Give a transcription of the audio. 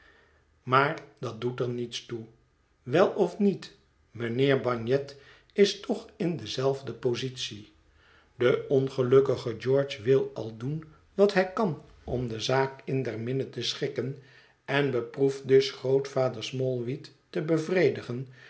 maar dat doet er niets toe wel of niet mijnheer bagnet is toch in dezelfde positie de ongelukkige george wil al doen wat hij kan om de zaak in der minne te schikken en beproeft dus grootvader smallweed te bevredigen